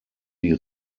die